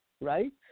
right